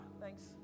Thanks